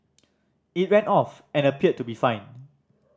it ran off and appeared to be fine